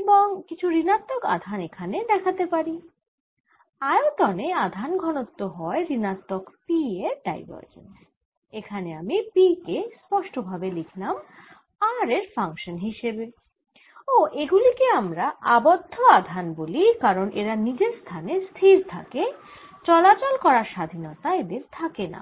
এবং কিছু ঋণাত্মক আধান এখানে দেখাতে পারিআয়তনে আধান ঘনত্ব হয় ঋণাত্মক P এর ডাইভার্জেন্স এখানে আমি P কে স্পষ্টভাবে লিখলাম r এর ফাংশান হিসেবে ও এগুলি কে আমরা আবদ্ধ আধান বলি কারণ এরা নিজের স্থান এ স্থির থাকে চলাচল করার স্বাধীনতা এদের থাকেনা